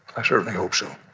i certainly hope so